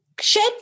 Shed